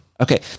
Okay